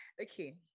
Okay